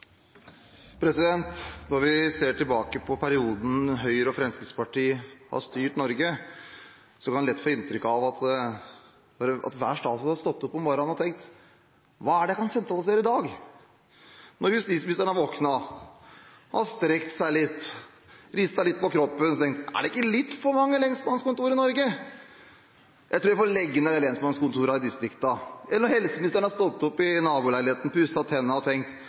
Fremskrittspartiet har styrt Norge, kan en lett få inntrykk av at hver statsråd har stått opp om morgenen og tenkt: Hva er det jeg kan sentralisere i dag? Når justisministeren har våknet, har strekt seg litt, ristet litt på kroppen og tenkt: Er det ikke litt for mange lensmannskontorer i Norge? Jeg tror jeg får legge ned lensmannskontorene i distriktene. Eller når helseministeren har stått opp i naboleiligheten, har pusset tennene og tenkt: